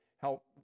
help